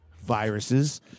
viruses